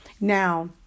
Now